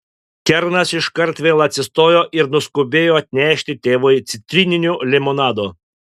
kernas iškart vėl atsistojo ir nuskubėjo atnešti tėvui citrininio limonado